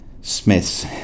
Smiths